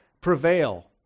prevail